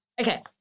okay